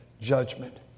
judgment